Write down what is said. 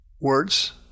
words